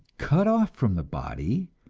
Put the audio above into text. cut off from the body,